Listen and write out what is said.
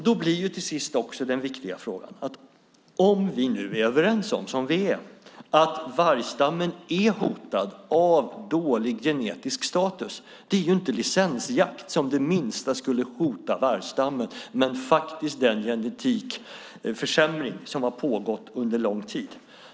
Då blir till sist också den viktiga frågan att om vi nu är överens om, vilket vi är, att vargstammen är hotad av dålig genetisk status är det ju inte licensjakten som på minsta sätt skulle hota vargstammen utan faktiskt den genetikförsämring som har pågått under lång tid.